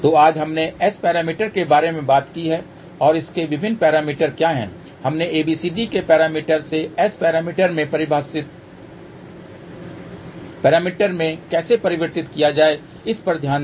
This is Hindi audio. तो आज हमने S पैरामीटर के बारे में बात की और इसके विभिन्न पैरामीटर क्या हैं हमने ABCD के पैरामीटर से S पैरामीटर में कैसे परिवर्तित किया जाए इस पर ध्यान दिया